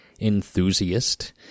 enthusiast